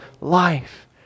life